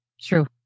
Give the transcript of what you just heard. True